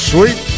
Sweet